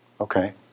Okay